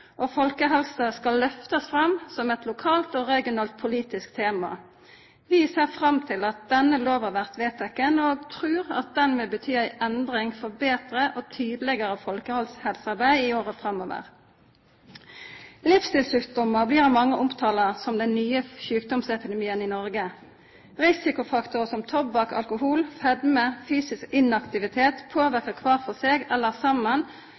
og folkehelse skal lyftast fram som eit lokalt og regionalt politisk tema. Vi ser fram til at denne lova blir vedteken, og trur ho vil bety ei endring for betre og tydelegare folkehelsearbeid i åra framover. Livsstilssjukdomar blir av mange omtala som den nye sjukdomsepidemien i Noreg. Risikofaktorar som tobakk, alkohol, fedme og fysisk inaktivitet påverkar kvar for seg eller saman